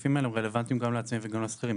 הסעיפים האלו רלוונטיים גם לעצמאים וגם לשכירים.